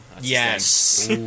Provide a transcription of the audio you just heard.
Yes